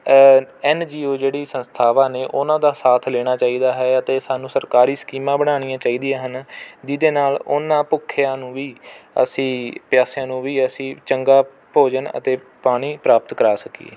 ਐਨ G O ਜਿਹੜੀ ਸੰਸਥਾਵਾਂ ਨੇ ਉਹਨਾਂ ਦਾ ਸਾਥ ਲੈਣਾ ਚਾਹੀਦਾ ਹੈ ਅਤੇ ਸਾਨੂੰ ਸਰਕਾਰੀ ਸਕੀਮਾਂ ਬਣਾਉਣੀਆਂ ਚਾਹੀਦੀਆਂ ਹਨ ਜਿਹਦੇ ਨਾਲ ਉਹਨਾਂ ਭੁੱਖਿਆਂ ਨੂੰ ਵੀ ਅਸੀਂ ਪਿਆਸਿਆਂ ਨੂੰ ਵੀ ਅਸੀਂ ਚੰਗਾ ਭੋਜਨ ਅਤੇ ਪਾਣੀ ਪ੍ਰਾਪਤ ਕਰਾ ਸਕੀਏ